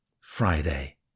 Friday